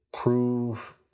prove